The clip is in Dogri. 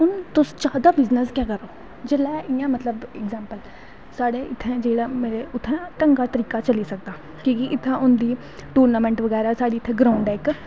तुस जादा बिजनस गै करो जियां इयां मतलव कि अगजैंम्पल साढ़ै इत्थें जिसलै मतलव कि ढेगा कराके दा चली सकदा कि के इत्थें होंदी टूर्नांमैंट बगैरा इत्थें ग्राउंड़ ऐ इक